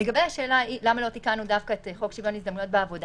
לגבי השאלה למה לא תיקנו דווקא את חוק שוויון הזדמנויות בעבודה